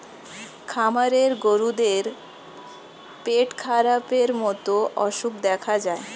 খামারের গরুদের পেটখারাপের মতো অসুখ দেখা যায়